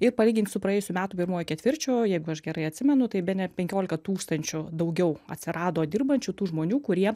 ir palygint su praėjusių metų pirmuoju ketvirčiu jeigu aš gerai atsimenu tai bene penkiolika tūkstančių daugiau atsirado dirbančių tų žmonių kurie